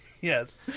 Yes